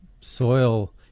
soil